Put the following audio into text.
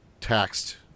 taxed